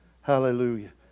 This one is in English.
Hallelujah